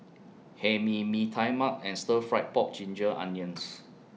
Hae Mee Mee Tai Mak and Stir Fried Pork Ginger Onions